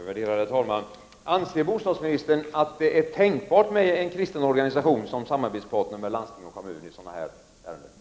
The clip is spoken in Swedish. Värderade talman! Anser bostadsministern att det är tänkbart med en kristen organisation som samarbetspartner till landsting och kommun i sådana här ärenden?